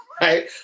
Right